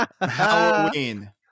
Halloween